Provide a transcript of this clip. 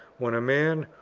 when a man,